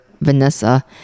Vanessa